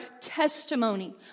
testimony